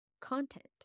content